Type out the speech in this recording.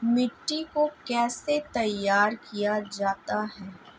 मिट्टी को कैसे तैयार किया जाता है?